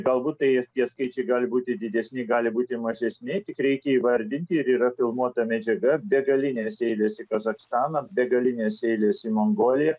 galbūt tai ir tie skaičiai gali būti didesni gali būti mažesni tik reikia įvardinti ir yra filmuota medžiaga begalinės eilės į kazachstaną begalinės eilės į mongoliją